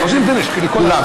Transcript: כולם,